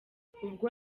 ubwo